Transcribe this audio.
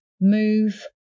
move